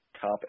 top